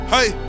Hey